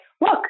look